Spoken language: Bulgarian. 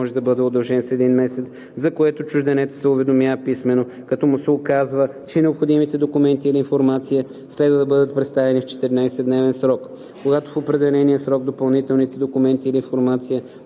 може да бъде удължен с един месец, за което чужденецът се уведомява писмено, като му се указва, че необходимите документи или информация следва да бъдат представени в 14-дневен срок. Когато в определения срок допълнителните документи или информация